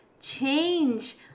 Change